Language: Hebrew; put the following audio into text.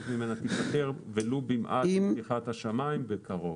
ממנה תיפתר ולו במעט עם פתיחת השמיים בקרוב.